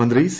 മന്ത്രി സി